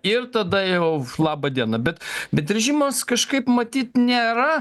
ir tada jau laba diena bet bet režimas kažkaip matyt nėra